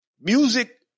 music